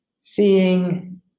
Seeing